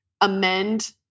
amend